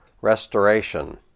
restoration